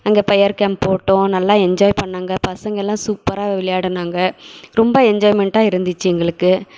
அங்கே fire camp போட்டோம் நல்லா என்ஜாய் பண்ணாங்கள் பசங்கெல்லாம் சூப்பராக விளையாடுனாங்கள் ரொம்ப என்ஜாய்மென்ட்டாக இருந்துச்சு எங்களுக்கு